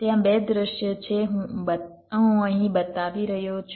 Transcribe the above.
ત્યાં 2 દૃશ્ય છે હું અહીં બતાવી રહ્યો છું